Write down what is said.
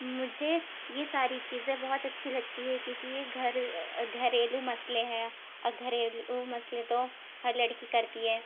مجھے یہ ساری چیزیں بہت اچّھی لگتی ہے کیونکہ یہ گھر گھریلو مسئلے ہے اور گھریلو مسئلے تو ہر لڑکی کرتی ہے